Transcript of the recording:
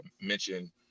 mention